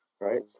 Right